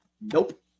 nope